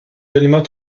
joliment